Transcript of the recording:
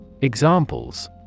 Examples